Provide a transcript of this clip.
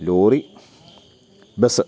lorry bus